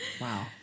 Wow